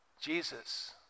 Jesus